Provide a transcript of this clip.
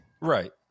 Right